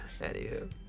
Anywho